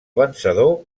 vencedor